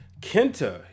Kenta